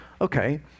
Okay